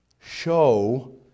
show